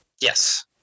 Yes